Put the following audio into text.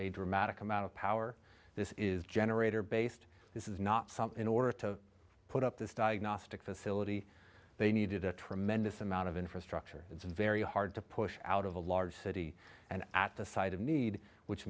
a dramatic amount of power this is generator based this is not something in order to put up this diagnostic facility they needed a tremendous amount of infrastructure it's very hard to push out of a large city and at the side of need which